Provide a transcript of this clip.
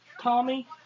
Tommy